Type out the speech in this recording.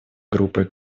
группой